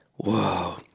whoa